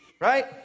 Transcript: right